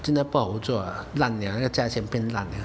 真的不好做啊烂了那个价钱变烂了